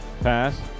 Pass